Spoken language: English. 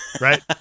right